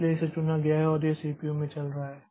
इसलिए इसे चुना गया है और यह CPU में चल रहा है